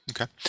Okay